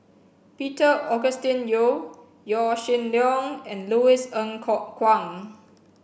Peter Augustine Goh Yaw Shin Leong and Louis Ng Kok Kwang